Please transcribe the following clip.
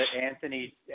Anthony